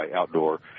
outdoor